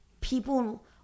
people